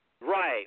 Right